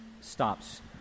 stops